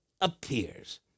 appears